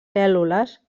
cèl·lules